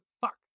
Fuck